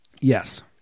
Yes